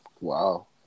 Wow